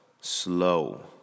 slow